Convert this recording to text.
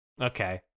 Okay